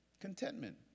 Contentment